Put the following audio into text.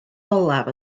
olaf